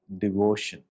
devotion